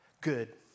Good